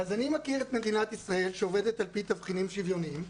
אני מכיר את מדינת ישראל שעובדת על פי תבחינים שוויוניים,